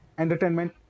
entertainment